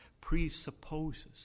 presupposes